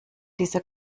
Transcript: dieser